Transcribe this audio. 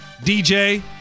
DJ